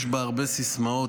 יש בה הרבה סיסמאות,